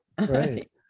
Right